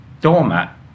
doormat